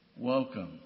Welcome